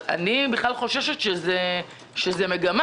אני בכלל חוששת שזאת מגמה.